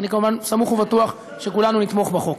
אני כמובן סמוך ובטוח שכולנו נתמוך בחוק.